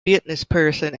businessperson